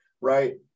right